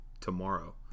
tomorrow